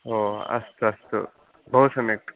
ओ अस्तु अस्तु बहुसम्यक्